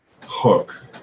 hook